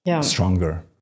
stronger